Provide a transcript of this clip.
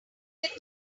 get